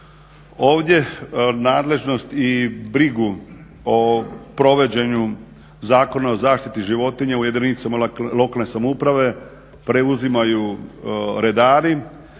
Ovdje, nadležnost i brigu o provođenju Zakon o zaštiti životinja u jedinicama lokalne samouprave preuzimaju redari,